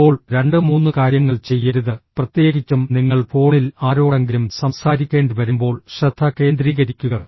ഇപ്പോൾ രണ്ട് മൂന്ന് കാര്യങ്ങൾ ചെയ്യരുത് പ്രത്യേകിച്ചും നിങ്ങൾ ഫോണിൽ ആരോടെങ്കിലും സംസാരിക്കേണ്ടിവരുമ്പോൾ ശ്രദ്ധ കേന്ദ്രീകരിക്കുക